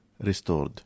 restored